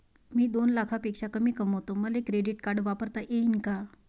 मी दोन लाखापेक्षा कमी कमावतो, मले क्रेडिट कार्ड वापरता येईन का?